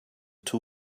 two